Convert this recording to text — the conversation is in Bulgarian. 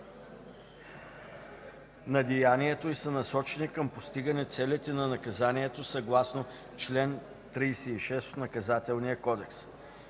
на деянието и са насочени към постигане целите на наказанието съгласно чл. 36 от Наказателния кодекс.